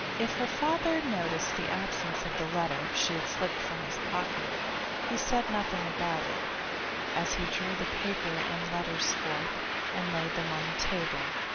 if her father noticed the absence of the letter she had slipped from his pocket he said nothing about it as he drew the paper and letters forth and laid them on the table.